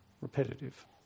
repetitive